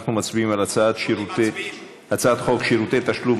אנחנו מצביעים על הצעת חוק שירותי תשלום,